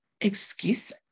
excuse